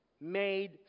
made